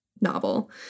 novel